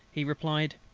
he replied,